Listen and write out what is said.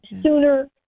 sooner